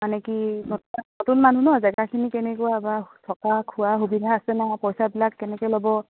মানে কি নতুন মানুহ ন জেগাখিনি কেনেকুৱা বা থকা খোৱা সুবিধা আছে নাই পইছাবিলাক কেনেকৈ ল'ব